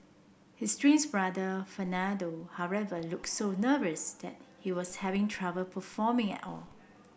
his twins brother Fernando however looked so nervous that he was having trouble performing at all